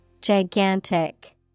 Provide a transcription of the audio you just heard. Gigantic